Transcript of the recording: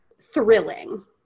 thrilling